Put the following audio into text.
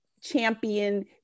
champion